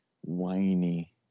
whiny